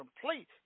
complete